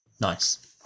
nice